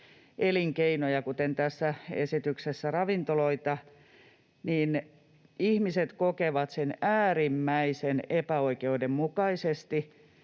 elinkeinoja, kuten tässä esityksessä ravintoloita, ihmiset kokevat sen äärimmäisen epäoikeudenmukaiseksi,